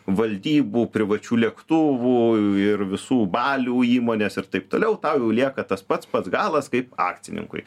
valdybų privačių lėktuvų ir visų balių įmonės ir taip toliau tau jau lieka tas pats pats galas kaip akcininkui